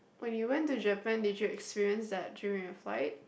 when you went to Japan did you experience that during your flight